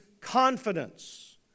confidence